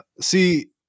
See